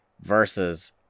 versus